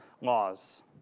laws